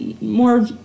More